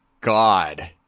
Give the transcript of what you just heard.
God